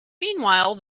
meanwhile